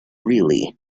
really